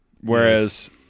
Whereas